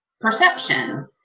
perception